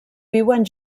viuen